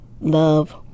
Love